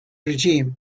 regime